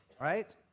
right